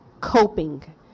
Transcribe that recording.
coping